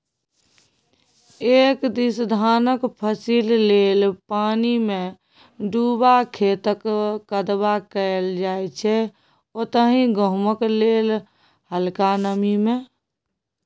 एक दिस धानक फसिल लेल पानिमे डुबा खेतक कदबा कएल जाइ छै ओतहि गहुँमक लेल हलका नमी मे